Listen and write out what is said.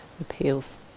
appeals